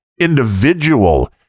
individual